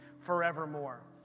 forevermore